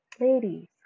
ladies